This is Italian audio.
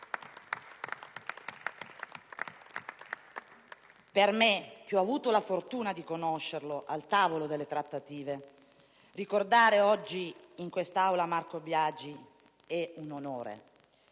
Per me, che ho avuto la fortuna di conoscerlo al tavolo delle trattative, è un onore ricordare oggi in quest'Aula Marco Biagi. Certi